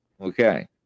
Okay